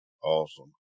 Awesome